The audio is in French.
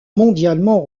mondialement